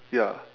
ya